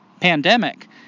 pandemic